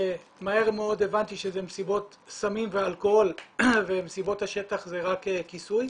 שמהר מאוד הבנתי שאלה מסיבות סמים ואלכוהול ומסיבות השטח הן רק כיסוי.